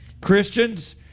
Christians